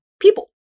people